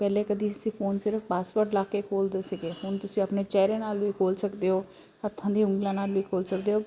ਪਹਿਲੇ ਕਦੀ ਅਸੀਂ ਫੋਨ ਸਿਰਫ ਪਾਸਵਰਡ ਲਾ ਕੇ ਖੋਲ੍ਹਦੇ ਸੀਗੇ ਹੁਣ ਤੁਸੀਂ ਆਪਣੇ ਚਿਹਰੇ ਨਾਲ ਵੀ ਖੋਲ੍ਹ ਸਕਦੇ ਹੋ ਹੱਥਾਂ ਦੀ ਉਗਲਾਂ ਨਾਲ ਵੀ ਖੋਲ੍ਹ ਸਕਦੇ ਹੋ